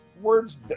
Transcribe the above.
Words